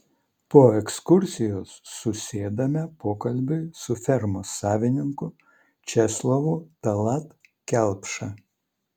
po ekskursijos susėdame pokalbiui su fermos savininku česlovu tallat kelpša